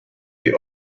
the